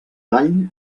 gall